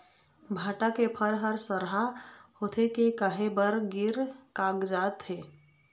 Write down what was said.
भांटा के फर हर सरहा होथे के काहे बर गिर कागजात हे?